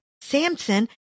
Samson